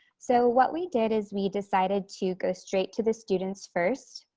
so what we did is we decided to go straight to the students first.